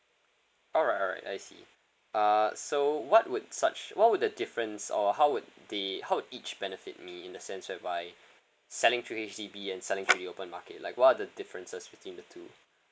alright alright I see uh so what would such what would the difference or how would they how would each benefit me in the sense whereby selling through H_D_B and selling through the open market like what are the differences between the two